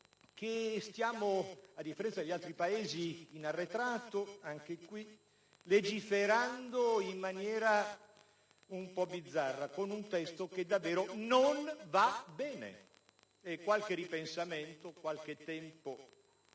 che, a differenza degli altri Paesi, siamo indietro, anche qui, legiferando in maniera un po' bizzarra con un articolato che davvero non va bene. Qualche ripensamento, qualche momento